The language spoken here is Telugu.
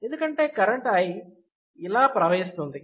ఎందుకంటే కరెంటు I ఇలాలూప్ లో ప్రవహిస్తుంది